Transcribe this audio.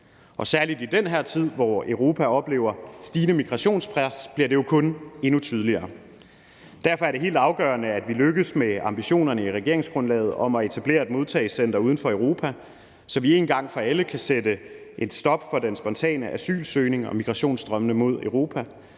Og særlig i den her tid, hvor Europa oplever stigende migrationspres, bliver det jo kun endnu tydeligere. Derfor er det helt afgørende, at vi lykkes med ambitionerne i regeringsgrundlaget om at etablere et modtagecenter uden for Europa, så vi en gang for alle kan sætte et stop for den spontane asylsøgning og migrationsstrømmene mod Europa,